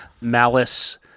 Malice